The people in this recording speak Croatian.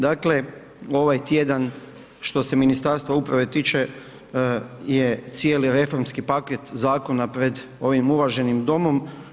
Dakle, ovaj tjedan što se Ministarstva uprave tiče je cijeli reformski paket zakona pred ovim uvaženim Domom.